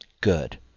Good